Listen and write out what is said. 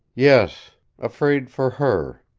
yes afraid for her.